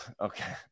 okay